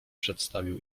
przedstawił